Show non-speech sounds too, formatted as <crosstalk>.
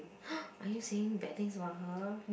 <noise> are you saying bad things about her